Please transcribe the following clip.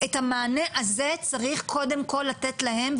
את המענה הזה צריך קודם כל לתת להם,